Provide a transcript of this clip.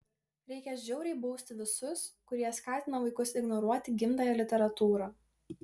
reikia žiauriai bausti visus kurie skatina vaikus ignoruoti gimtąją literatūrą